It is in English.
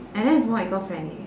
and then it's more eco-friendly